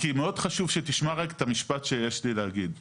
מאוד חשוב שתשמע רק את המשפט שיש לי להגיד.